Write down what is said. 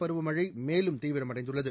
பருவமழை மேலும் தீவிரமடைந்துள்ளது